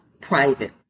private